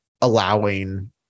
Allowing